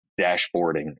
dashboarding